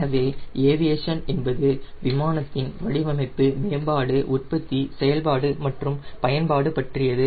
எனவே ஏவியேஷன் என்பது விமானத்தின் வடிவமைப்பு மேம்பாடு உற்பத்தி செயல்பாடு மற்றும் பயன்பாடு பற்றியது